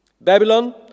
Babylon